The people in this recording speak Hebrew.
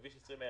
כביש 20,